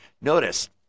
notice